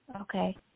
Okay